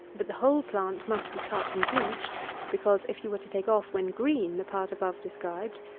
but the whole plant must be cut and bleached because, if you were to take off, when green, the part above described,